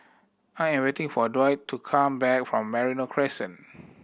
I am waiting for Dwight to come back from Merino Crescent